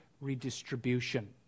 redistribution